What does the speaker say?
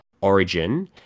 origin